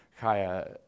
Kaya